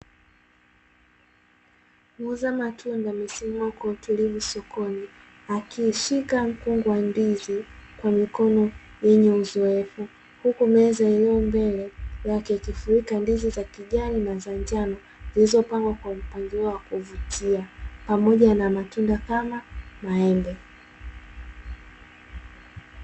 Muuza matunda amesimama kwa utulivu sokoni akishika mkungu wa ndizi kwa mikono yenye uzoefu, huku meza iliyo mbele yake ikifurika ndizi za kijani na za njano zilizopangwa kwa mpangilio wa kuvutia pamoja na matunda kama maembe.